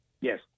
Yes